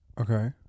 Okay